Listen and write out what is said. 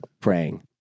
Praying